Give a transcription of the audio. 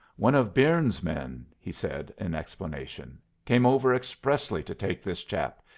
one of byrnes's men, he said, in explanation came over expressly to take this chap.